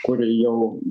kuri jau